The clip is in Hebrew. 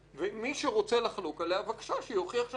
ומי שרוצה לחלוק עליה, שיוכיח שאני טועה.